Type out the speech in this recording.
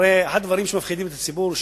הרי אחד הדברים שמפחידים את הציבור הוא